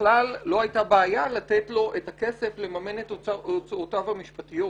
בכלל לא הייתה בעיה לתת לו את הכסף לממן את הוצאותיו המשפטיות.